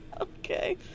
Okay